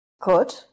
Good